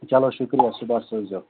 چلو شُکریہ صُبَحس سوٗزِیٚو